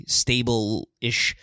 stable-ish